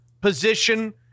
position